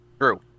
True